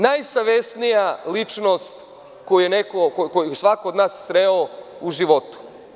Najsavesnija ličnost koju je svako od nas sreo u životu.